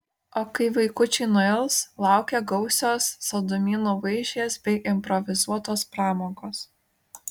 o kai vaikučiai nuils laukia gausios saldumynų vaišės bei improvizuotos pramogos